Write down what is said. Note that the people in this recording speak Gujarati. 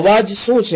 અવાજ શું છે